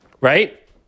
right